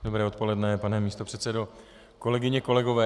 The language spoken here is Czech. Dobré odpoledne, pane místopředsedo, kolegyně, kolegové.